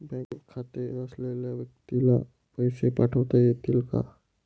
Bank खाते नसलेल्या व्यक्तीला पैसे पाठवता येतील का?